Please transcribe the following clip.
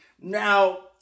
Now